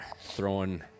throwing